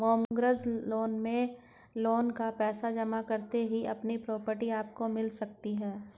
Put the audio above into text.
mortgage loan में loan का पैसा जमा करते ही अपनी प्रॉपर्टी आपको मिल सकती है